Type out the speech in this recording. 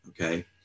Okay